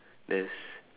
there's